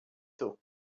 tôt